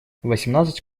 восемнадцать